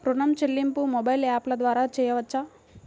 ఋణం చెల్లింపు మొబైల్ యాప్ల ద్వార చేయవచ్చా?